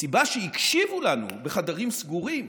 הסיבה שהקשיבו לנו בחדרים הסגורים